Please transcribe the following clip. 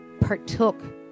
partook